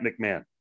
McMahon